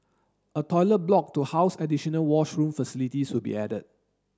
a toilet block to house additional washroom facilities will be added